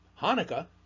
hanukkah